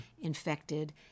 infected